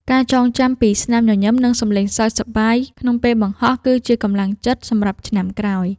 ការចងចាំពីស្នាមញញឹម និងសម្លេងសើចសប្បាយក្នុងពេលបង្ហោះ គឺជាកម្លាំងចិត្តសម្រាប់ឆ្នាំក្រោយ។